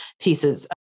pieces